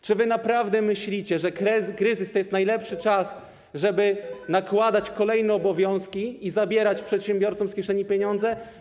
Czy wy naprawdę myślicie, że kryzys to jest najlepszy czas, żeby nakładać kolejne obowiązki i zabierać przedsiębiorcom z kieszeni pieniądze?